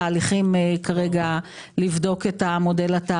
כרגע אנחנו נמצאים בתהליכים לבדיקת המודל התעריפי.